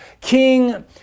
king